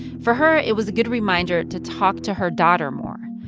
for her, it was a good reminder to talk to her daughter more.